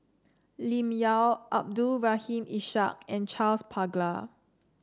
Lim Yau Abdul Rahim Ishak and Charles Paglar